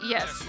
Yes